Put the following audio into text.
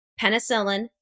penicillin